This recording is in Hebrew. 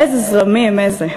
איזה זרמים, איזה?